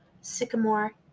sycamore